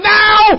now